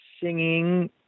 singing